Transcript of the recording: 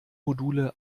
module